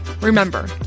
Remember